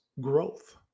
growth